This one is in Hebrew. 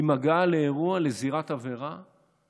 עם הגעה לאירוע, לזירת עבירה?